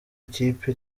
ikipe